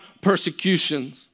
persecutions